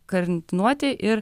karantinuoti ir